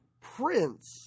Prince